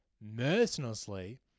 mercilessly